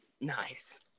Nice